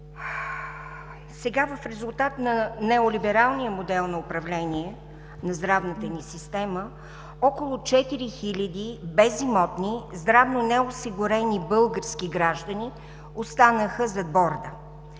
В резултат на неолибералния модел на управление на здравната ни система около 4000 безимотни здравно неосигурени български граждани останаха зад борда.